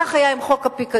כך היה עם חוק הפיקדון,